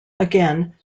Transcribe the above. again